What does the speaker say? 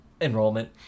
Enrollment